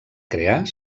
crear